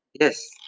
Yes